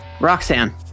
Roxanne